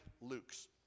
Luke's